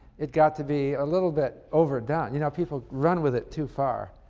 it got to be a little bit overdone you know people run with it too far,